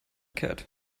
cat